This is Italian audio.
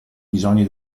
bisogni